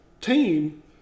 team